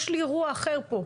יש לי אירוע אחר פה,